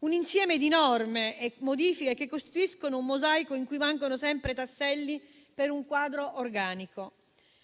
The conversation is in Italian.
Un insieme di norme e modifiche che costituiscono un mosaico in cui mancano sempre tasselli per un quadro organico.